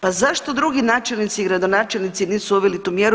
Pa zašto drugi načelnici i gradonačelnici nisu uveli tu mjeru?